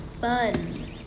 fun